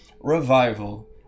revival